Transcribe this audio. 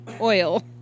oil